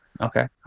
Okay